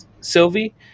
Sylvie